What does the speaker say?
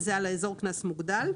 זה על אזור קנס מוגדל.